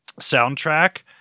soundtrack